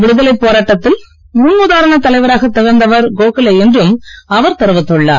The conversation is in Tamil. விடுதலைப் போராட்டத்தில் முன்னுதாரணத் தலைவராக திகழ்ந்தவர் கோகலே என்றும் அவர் தெரிவித்துள்ளார்